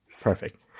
Perfect